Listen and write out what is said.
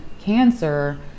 cancer